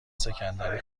سکندری